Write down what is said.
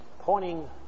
pointing